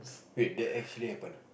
wait that actually happen ah